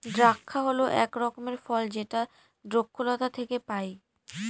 দ্রাক্ষা হল এক রকমের ফল যেটা দ্রক্ষলতা থেকে পায়